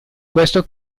questo